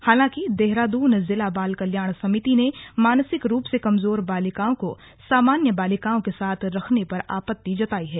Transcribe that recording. हालांकि देहरादून जिला बाल कल्याण समिति ने मानसिक रूप से कमजोर बालिकाओं को सामान्य बालिकाओं के साथ रखने पर आपत्ति जतायी है